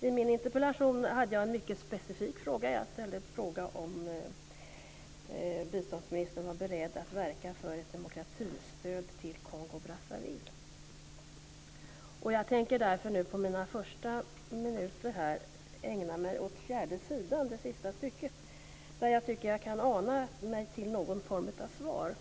I min interpellation hade jag en mycket specifik fråga. Jag frågade om biståndsministern var beredd att verka för ett demokratistöd till Kongo-Brazzaville. Jag tänker därför under mina första minuter här ägna mig åt fjärde sidan, sista stycket, där jag tycker mig kunna ana någon form av svar.